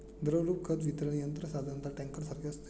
द्रवरूप खत वितरण यंत्र साधारणतः टँकरसारखे असते